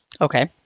Okay